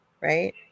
right